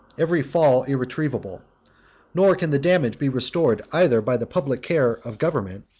every fall irretrievable nor can the damage be restored either by the public care of government,